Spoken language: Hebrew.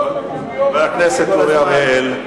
חבר הכנסת אורי אריאל.